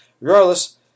Regardless